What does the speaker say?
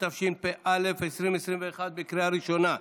התשפ"א 2021, לקריאה ראשונה.